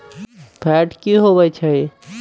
Fat की होवछै?